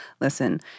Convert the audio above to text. Listen